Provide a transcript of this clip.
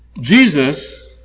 Jesus